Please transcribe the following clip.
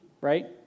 Right